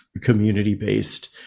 community-based